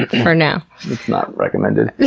for now. it's not recommended.